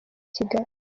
kigali